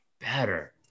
better